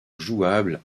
jouable